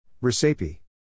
Recipe